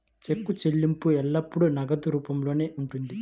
చెక్కు చెల్లింపు ఎల్లప్పుడూ నగదు రూపంలోనే ఉంటుంది